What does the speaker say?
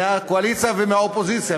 מהקואליציה ומהאופוזיציה,